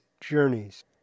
journeys